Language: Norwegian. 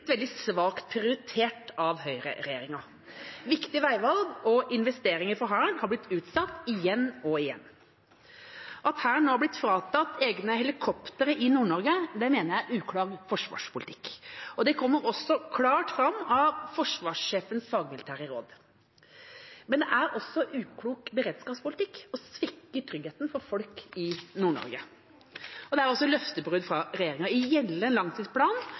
veldig svakt prioritert av høyreregjeringa. Viktige veivalg og investeringer for Hæren har blitt utsatt igjen og igjen. At Hæren nå har blitt fratatt egne helikopter i Nord-Norge, mener jeg er uklok forsvarspolitikk. Det kommer også klart fram av forsvarssjefens fagmilitære råd. Men det er også uklok beredskapspolitikk, og det svekker tryggheten for folk i Nord-Norge. Det er også løftebrudd fra regjeringa. I gjeldende langtidsplan